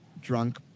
drunk